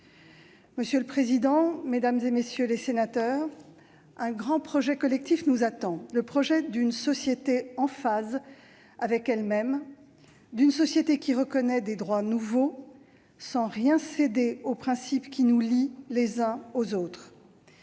Monsieur le président, mesdames, messieurs les sénateurs, un grand projet collectif nous attend : le projet d'une société en phase avec elle-même, d'une société qui reconnaît des droits nouveaux, sans rien céder aux principes qui nous lient les uns aux autres.